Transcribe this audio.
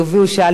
כך אני מבינה,